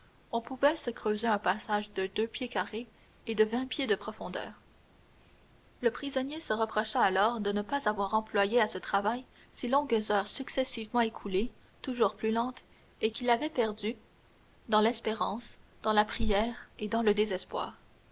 on pouvait se creuser un passage de deux pieds carrés et de vingt pieds de profondeur le prisonnier se reprocha alors de ne pas avoir employé à ce travail ces longues heures successivement écoulées toujours plus lentes et qu'il avait perdues dans l'espérance dans la prière et dans le désespoir